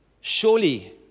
surely